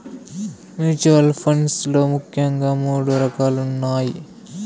mutual funds లో ముఖ్యంగా మూడు రకాలున్నయ్